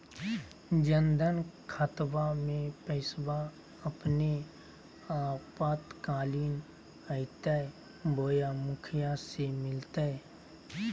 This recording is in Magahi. जन धन खाताबा में पैसबा अपने आपातकालीन आयते बोया मुखिया से मिलते?